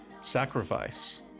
Sacrifice